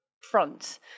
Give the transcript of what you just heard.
front